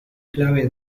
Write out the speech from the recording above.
clave